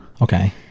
Okay